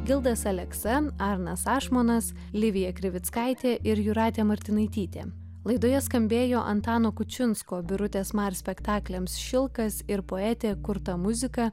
gildas aleksa arnas ašmonas livija krivickaitė ir jūratė martinaitytė laidoje skambėjo antano kučinsko birutės mar spektakliams šilkas ir poetė kurta muzika